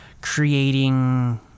creating